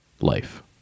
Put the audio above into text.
life